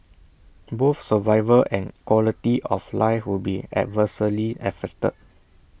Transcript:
both survival and quality of life would be adversely affected